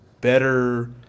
better